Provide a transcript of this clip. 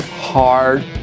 hard